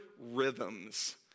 rhythms